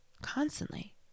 constantly